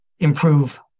improve